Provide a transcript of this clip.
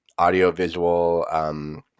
audiovisual